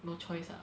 no choice ah